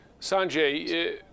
Sanjay